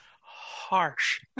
Harsh